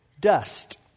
dust